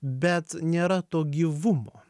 bet nėra to gyvumo